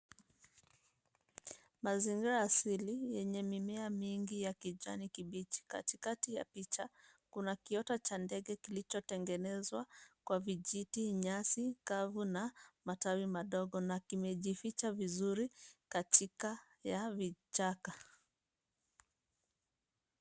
Mazingira ya asili yenye mimea mingi ya kijani kibichi. Katikati ya picha kuna kiota cha ndege kilichotengenezwa kwa vijiti, nyasi kavu na matawi madogo na kimejificha vizuri katika vichaka.